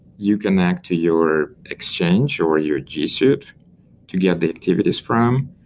you connect to your exchange or your g suite to get the activities from.